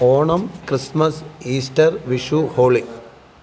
Onam Christmas Easter Vishu holy